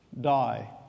die